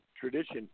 tradition